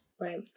Right